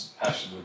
passion